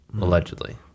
Allegedly